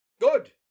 Good